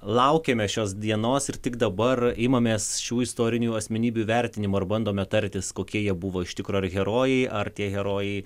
laukėme šios dienos ir tik dabar imamės šių istorinių asmenybių vertinimo ir bandome tartis kokie jie buvo iš tikro ar herojai ar tie herojai